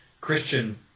Christian